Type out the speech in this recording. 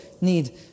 need